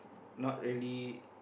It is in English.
not really